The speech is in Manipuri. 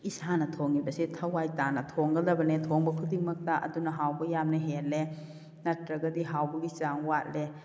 ꯏꯁꯥꯅ ꯊꯣꯡꯉꯤꯕꯁꯦ ꯊꯋꯥꯏ ꯇꯥꯅ ꯊꯣꯡꯒꯗꯕꯅꯦ ꯊꯣꯡꯕ ꯈꯨꯗꯤꯡꯃꯛꯇ ꯑꯗꯨꯅ ꯍꯥꯎꯕ ꯌꯥꯝꯅ ꯍꯦꯜꯂꯦ ꯅꯠꯇ꯭ꯔꯒꯗꯤ ꯍꯥꯎꯕꯒꯤ ꯆꯥꯡ ꯋꯥꯠꯂꯦ